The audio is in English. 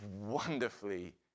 wonderfully